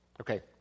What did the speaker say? Okay